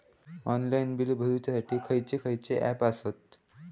Online bill भरुच्यासाठी खयचे खयचे ऍप आसत?